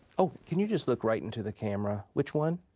oh, can you just look right into the camera. which one?